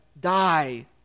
die